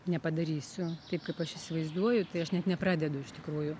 nepadarysiu taip kaip aš įsivaizduoju tai aš net nepradedu iš tikrųjų